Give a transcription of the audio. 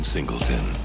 Singleton